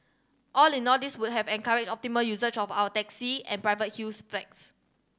all in all this would have encourage optimal usage of our taxi and private hills flats